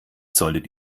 solltet